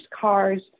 cars